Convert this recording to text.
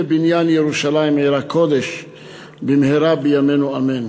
בניין ירושלים עיר הקודש במהרה בימינו אמן.